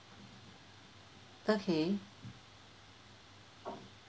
okay